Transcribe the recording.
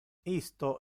isto